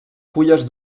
fulles